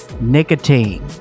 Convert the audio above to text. nicotine